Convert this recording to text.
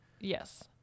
Yes